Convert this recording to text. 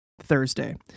Thursday